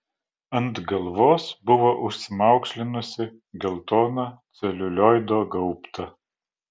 ant galvos buvo užsimaukšlinusi geltoną celiulioido gaubtą